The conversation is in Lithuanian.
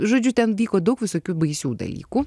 žodžiu ten vyko daug visokių baisių dalykų